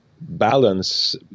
balance